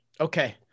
okay